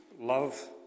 love